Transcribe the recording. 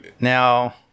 Now